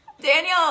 Daniel